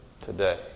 today